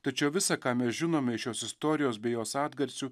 tačiau visa ką mes žinome iš šios istorijos bei jos atgarsių